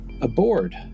aboard